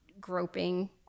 groping